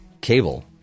cable